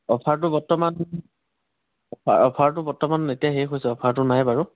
অফাৰটো বৰ্তমান অফাৰ অফাৰটো বৰ্তমান এতিয়া শেষ হৈছে অফাৰটো নাই বাৰু